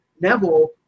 Neville